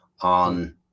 on